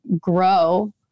grow